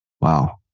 Wow